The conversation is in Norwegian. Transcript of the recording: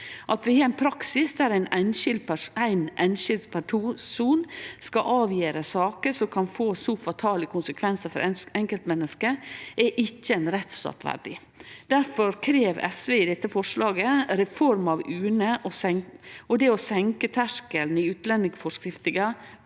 At vi har ein praksis der éin einskild person skal avgjere saker som kan få fatale konsekvensar for enkeltmenneske, er ikkje ein rettsstat verdig. Difor krev SV i dette forslaget ei reform av UNE, og at ein senkar terskelen i utlendingsforskrifta